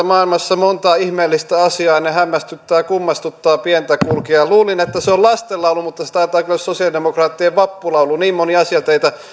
maailmassa monta on ihmeellistä asiaa ja ne hämmästyttää kummastuttaa pientä kulkijaa luulin että se on lastenlaulu mutta se taitaakin olla sosialidemokraattien vappulaulu niin moni asia teitä